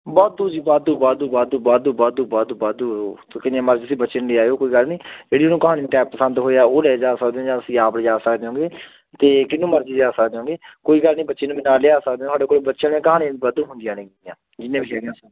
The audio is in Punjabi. ਵਾਧੂ ਜੀ ਵਾਧੂ ਵਾਧੂ ਵਾਧੂ ਵਾਧੂ ਵਾਧੂ ਵਾਧੂ ਵਾਧੂ ਕਿੰਨੇ ਮਰਜ਼ੀ ਤੁਸੀਂ ਬੱਚੇ ਨੂੰ ਲੈ ਆਇਓ ਕੋਈ ਗੱਲ ਨਹੀਂ ਜਿਹੜੀ ਉਹਨੂੰ ਕਹਾਣੀ ਟਾਈਪ ਪਸੰਦ ਹੋਇਆ ਉਹ ਲੈ ਜਾ ਸਕਦੇ ਜਾਂ ਅਸੀਂ ਆਪ ਲਿਜਾ ਸਕਦੇ ਹੋਂਗੇ ਅਤੇ ਕਿਹਨੂੰ ਮਰਜ਼ੀ ਲਿਜਾ ਸਕਦੇ ਹੋਂਗੇ ਕੋਈ ਗੱਲ ਨਹੀਂ ਬੱਚੇ ਨੂੰ ਵੀ ਨਾਲ ਲਿਆ ਸਕਦਾ ਹੋ ਸਾਡੇ ਕੋਲ ਬੱਚਿਆਂ ਦੀ ਕਹਾਣੀਆਂ ਦੀ ਵਾਧੂ ਹੁੰਦੀਆਂ ਨੇਗੀਆਂ ਜਿੰਨੇ ਵੀ